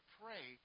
pray